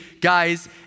guys